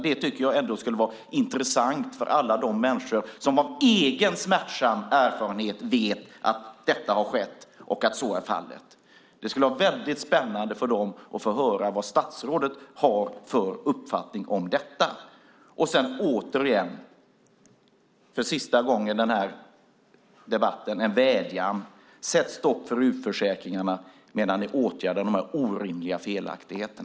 Det tycker jag vore intressant för alla de människor som av egen, smärtsam erfarenhet vet att detta har skett och att så är fallet. Det skulle vara väldigt spännande för dem att få höra vad statsrådet har för uppfattning om detta. Sedan har jag återigen, för sista gången i den här debatten, en vädjan: Sätt stopp för utförsäkringarna medan ni åtgärdar dessa orimliga felaktigheter!